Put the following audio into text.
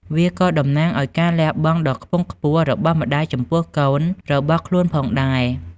វាក៏តំណាងឱ្យការលះបង់ដ៏ខ្ពង់ខ្ពស់របស់ម្តាយចំពោះកូនរបស់ខ្លួនផងដែរ។